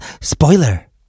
spoiler